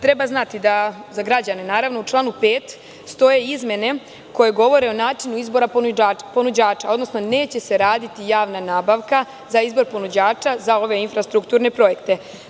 Treba znati da u članu 5. stoje izmene koje govore o načinu izbora ponuđača, odnosno neće se raditi javna nabavka za izbor ponuđača za ove infrastrukturne projekte.